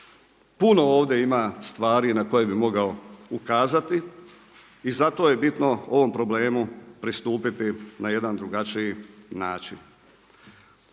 Puno ovdje ima stvari na koje bi mogao ukazati i zato je bitno ovom problemu pristupiti na jedan drugačiji način.